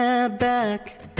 back